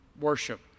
worship